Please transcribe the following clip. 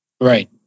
Right